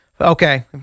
Okay